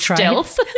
Stealth